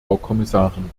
kommissarin